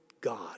God